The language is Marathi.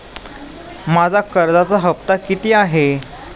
माझा कर्जाचा हफ्ता किती आहे?